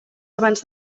abans